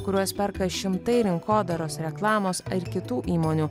kuriuos perka šimtai rinkodaros reklamos ar kitų įmonių